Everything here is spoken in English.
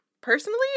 Personally